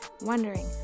wondering